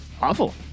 awful